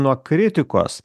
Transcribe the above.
nuo kritikos